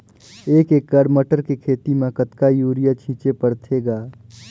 एक एकड़ मटर के खेती म कतका युरिया छीचे पढ़थे ग?